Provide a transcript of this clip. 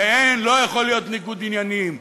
שלא יכול להיות ניגוד עניינים?